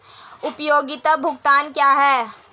उपयोगिता भुगतान क्या हैं?